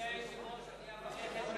אדוני היושב-ראש, אני אברך את